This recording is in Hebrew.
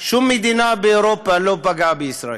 שום מדינה באירופה לא פגעה בישראל,